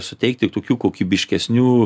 suteikti tokių kokybiškesnių